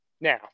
Now